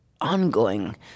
ongoing